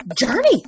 journey